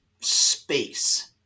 space